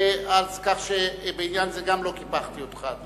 כך שבעניין זה לא קיפחתי גם אותך.